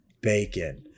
bacon